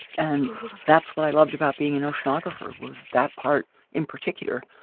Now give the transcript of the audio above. and that's what i loved about being an oceanographer was that part in particular,